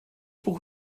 buch